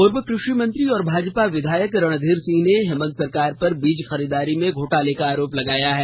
पूर्व कृषि मंत्री और भाजपा विधायक रणधीर सिंह ने हेमंत सरकार पर बीज खरीदारी में घोटाले का आरोप लगाया है